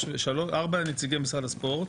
לארבע שנים.